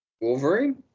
Wolverine